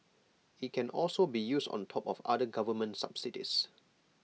IT can also be used on top of other government subsidies